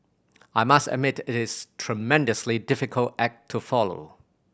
I must admit it's a tremendously difficult act to follow